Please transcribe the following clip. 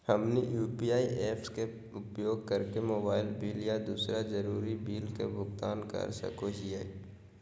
हमनी UPI apps के उपयोग करके मोबाइल बिल आ दूसर जरुरी बिल के भुगतान कर सको हीयई